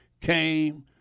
came